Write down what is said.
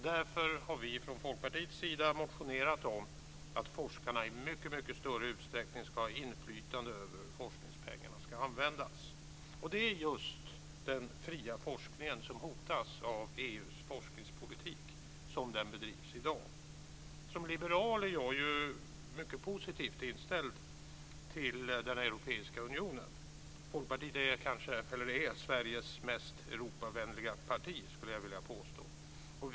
Därför har vi från Folkpartiets sida motionerat om att forskarna i mycket större utsträckning ska ha inflytande över hur forskningspengarna ska användas. Och det är just den fria forskningen som hotas av EU:s forskningspolitik som den bedrivs i dag. Som liberal är jag ju mycket positivt inställd till den europeiska unionen. Folkpartiet är Sveriges mest Europavänliga parti, skulle jag vilja påstå.